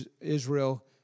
Israel